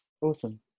Awesome